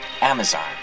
Amazon